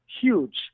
Huge